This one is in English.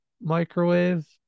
microwave